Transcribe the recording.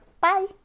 Bye